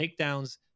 takedowns